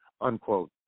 unquote